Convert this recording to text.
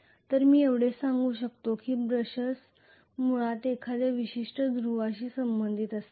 तर मी एवढेच सांगू शकतो की ब्रशर्स मुळात एखाद्या विशिष्ट ध्रुवाशी संबंधित असतात